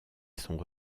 sont